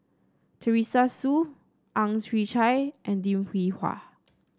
Teresa Hsu Ang Chwee Chai and Lim Hwee Hua